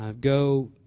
go